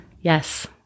Yes